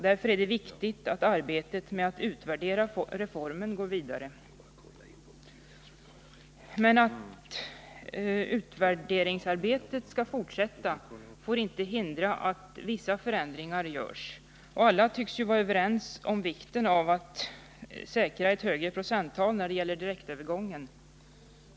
Därför är det viktigt att arbetet med att utvärdera reformen går vidare. Men att utvärderingsarbetet skall fortsätta får inte hindra att vissa förändringar görs. Alla tycks vara överens om vikten av att säkra ett högre procenttal när det gäller direktövergången.